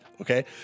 Okay